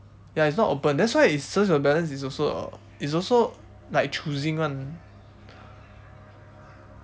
ya it's not open that's why it's sales of balance is also a is also like choosing [one]